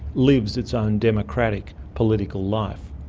lives its own democratic political life.